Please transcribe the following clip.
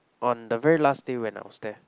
on the very last day when I was there